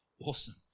awesome